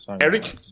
Eric